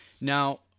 Now